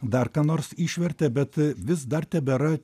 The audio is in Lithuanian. dar ką nors išvertė bet vis dar tebėra